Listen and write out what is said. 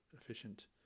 efficient